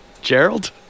Gerald